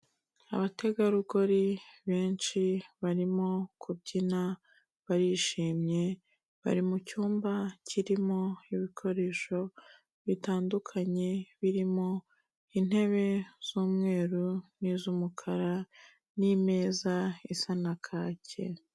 Abategarugori benshi barimo kubyina barishimye, bari mu cyumba kirimo ibikoresho bitandukanye birimo intebe z'umweru n'iz'umukara, n'imeza isa na kake.